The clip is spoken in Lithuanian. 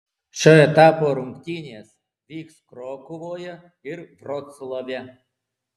šio etapo rungtynės vyks krokuvoje ir vroclave